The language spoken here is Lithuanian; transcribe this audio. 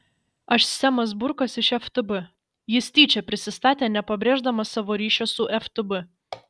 aš semas burkas iš ftb jis tyčia prisistatė nepabrėždamas savo ryšio su ftb